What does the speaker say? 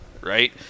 right